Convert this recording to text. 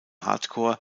hardcore